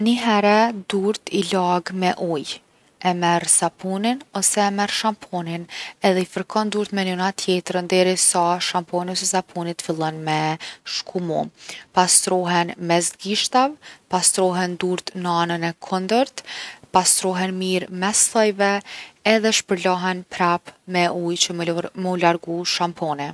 Nihere durt i lag me ujë. E merr sapunin ose e merr shamponin edhe i fërkon durt me njona tjetrën derisa shamponi ose sapuni fillon me shkumu. Pastrohen n’mes t’gishtave, pastrohen durt n’anën e kundërt. Pastrohen mirë mes thojve edhe shpërlahen prap me ujë që me lv- m’u largu shamponi.